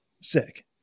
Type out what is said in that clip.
sick